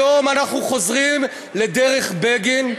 היום אנחנו חוזרים לדרך בגין.